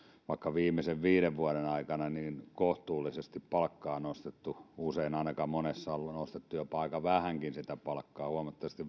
vaikka viimeisen viiden vuoden aikana kohtuullisesti palkkaa nostettu ainakin usein monessa on nostettu jopa aika vähänkin sitä palkkaa huomattavasti